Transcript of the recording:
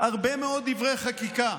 הרבה מאוד דברי חקיקה